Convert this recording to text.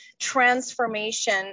transformation